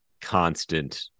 constant